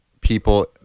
people